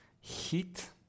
Heat